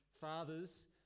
fathers